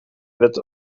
werd